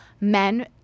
men